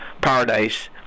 paradise